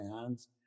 hands